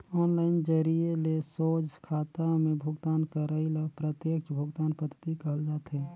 online जरिए ले सोझ खाता में भुगतान करई ल प्रत्यक्छ भुगतान पद्धति कहल जाथे